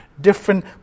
different